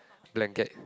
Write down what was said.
blanket